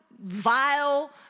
vile